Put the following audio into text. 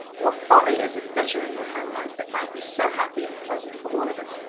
your folly is embittering the home life that might be so happy and pleasant for all of us.